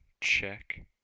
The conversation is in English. check